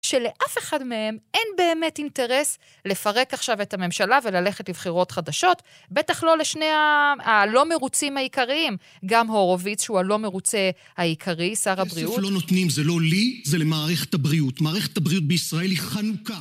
שלאף אחד מהם אין באמת אינטרס לפרק עכשיו את הממשלה וללכת לבחירות חדשות, בטח לא לשני הלא מרוצים העיקריים, גם הורוביץ שהוא הלא מרוצה העיקרי, שר הבריאות. -כסף לא נותנים, זה לא לי, זה למערכת הבריאות. מערכת הבריאות בישראל היא חנוקה..